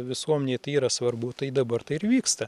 visuomenei tai yra svarbu tai dabar tai ir vyksta